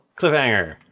Cliffhanger